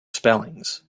spellings